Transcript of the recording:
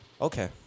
Okay